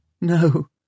No